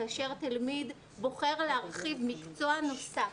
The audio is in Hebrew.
כאשר התלמיד בוחר להרחיב מקצוע נוסף,